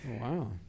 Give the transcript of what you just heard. Wow